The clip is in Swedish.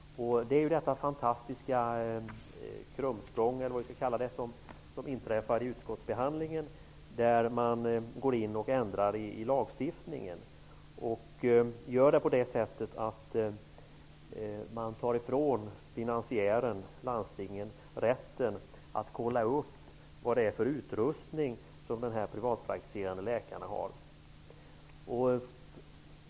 Det gäller det fantastiska ''krumsprånget'' i utskottsbehandlingen. Man kommer med sådana förslag till ändringar i lagstiftningen att man tar ifrån finansiären, landstinget, rätten att kontrollera vilken utrustning de privatpraktiserande läkarna har.